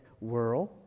world